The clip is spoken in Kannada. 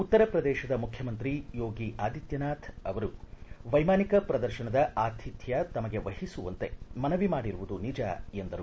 ಉತ್ತರ ಪ್ರದೇಶದ ಮುಖ್ಯಮಂತ್ರಿ ಯೋಗಿ ಆದಿತ್ಯನಾಥ ಅವರು ವೈಮಾನಿಕ ಪ್ರದರ್ಶನದ ಆತಿಥ್ಡ ತಮಗೆ ವಹಿಸುವಂತೆ ಮನವಿ ಮಾಡಿರುವುದು ನಿಜ ಎಂದರು